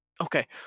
Okay